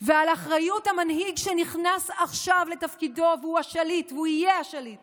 ועל אחריות המנהיג שנכנס עכשיו לתפקידו והוא השליט והוא יהיה השליט